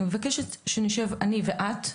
אני מבקשת שנשב אני ואת,